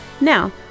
Now